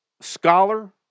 scholar